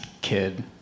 kid